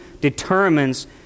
determines